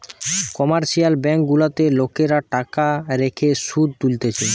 commercial bank গুলাতে লোকরা টাকা রেখে শুধ তুলতিছে